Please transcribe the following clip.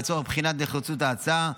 לצורך בחינת נחיצות ההצעה,